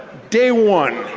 day one.